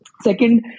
Second